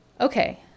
okay